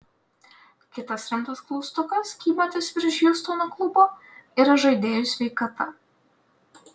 kitas rimtas klaustukas kybantis virš hjustono klubo yra žaidėjų sveikata